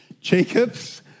Jacob's